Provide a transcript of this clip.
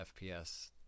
FPS